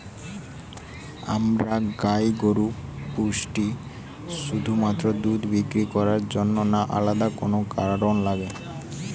আমরা গাই গরু পুষি শুধুমাত্র দুধ বিক্রি করার জন্য না আলাদা কোনো কারণ আছে?